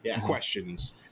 questions